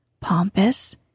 pompous